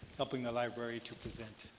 helping the library to present